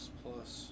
plus